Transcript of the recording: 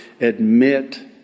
admit